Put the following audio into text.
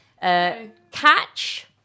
Catch